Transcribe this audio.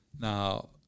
Now